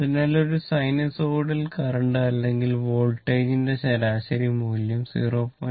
അതിനാൽ ഒരു sinusoidal current അല്ലെങ്കിൽ വോൾട്ടേജിന്റെ ശരാശരി മൂല്യം 0